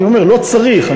אני אומר: לא צריך.